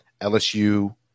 LSU